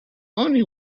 only